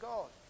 God